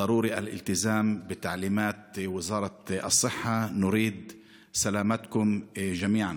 (אומר בערבית: חייבים למלא את ההוראות של משרד הבריאות.